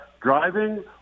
driving